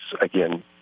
again